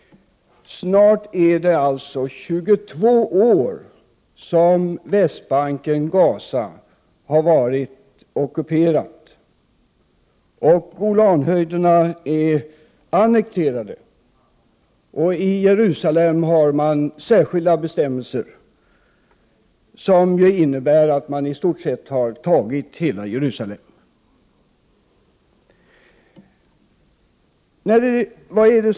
Snart är det alltså 22 år som Västbanken och Gaza har varit ockuperade och Golanhöjderna annekterade. I Jerusalem har man särskilda bestämmelser som innebär att i stort sett hela staden har tagits.